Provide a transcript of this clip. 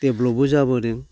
डेभलपबो जाबोदों